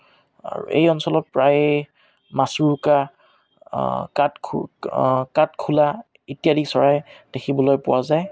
আৰু এই অঞ্চলত প্ৰায় মাছোৰোকা কাঠখো কাঠখোলা ইত্যাদি চৰাই দেখিবলৈ পোৱা যায়